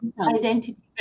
identity